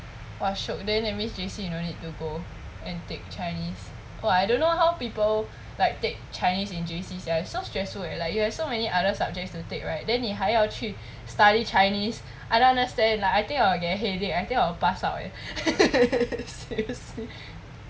!wah! shiok then that means J_C you no need to go and take chinese !wah! I don't know how people like take chinese in J_C sia it's so stressful leh like you have so many other subjects to take right then 你还要去 study chinese I don't understand like I think I will get headache I think I will pass out eh seriously